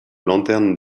lanterne